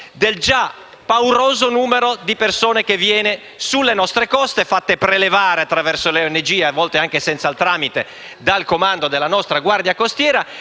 del già pauroso numero di persone che vengono sulle nostre coste, fatte prelevare attraverso le ONG, e a volte anche senza questo tramite, dal Comando della nostra Guardia costiera,